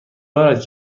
دارد